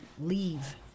leave